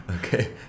Okay